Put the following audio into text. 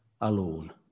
alone